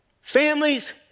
families